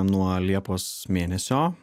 nuo liepos mėnesio